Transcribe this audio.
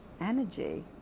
energy